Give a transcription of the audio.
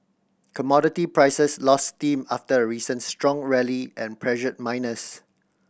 commodity prices lost steam after a recent strong rally and pressured miners